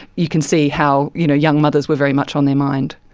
you can see how you know young mothers were very much on their mind.